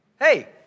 Hey